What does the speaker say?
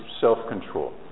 self-control